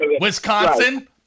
Wisconsin